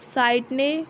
Sydney